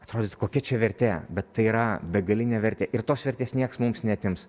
atrodytų kokia čia vertė bet tai yra begalinė vertė ir tos vertės nieks mums neatims